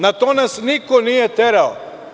Na to nas niko nije terao.